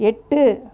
எட்டு